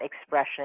expression